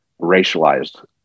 racialized